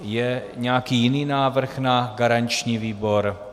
Je nějaký jiný návrh na garanční výbor?